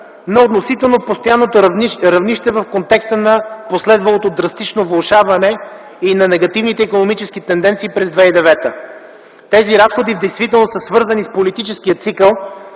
на относително постоянно равнище в контекста на последвалото драстично влошаване и на негативните икономически тенденции през 2009 г. Тези разходи в действителност са свързани с политическия цикъл